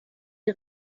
die